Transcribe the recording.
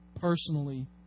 personally